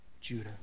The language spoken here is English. Judah